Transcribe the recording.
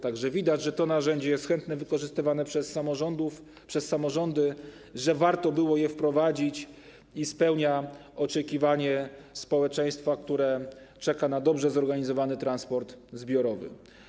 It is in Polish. Tak że widać, że to narzędzie jest chętnie wykorzystywane przez samorządy, że warto było je wprowadzić, że spełnia oczekiwanie społeczeństwa, które czeka na dobrze zorganizowany transport zbiorowy.